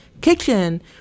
kitchen